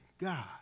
God